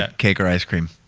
ah cake or ice cream?